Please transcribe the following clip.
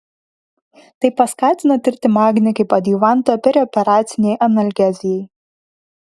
tai paskatino tirti magnį kaip adjuvantą perioperacinei analgezijai